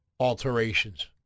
Alterations